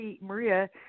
Maria